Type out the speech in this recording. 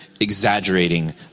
exaggerating